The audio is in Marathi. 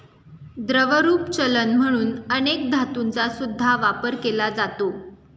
द्रवरूप चलन म्हणून अनेक धातूंचा सुद्धा वापर केला जातो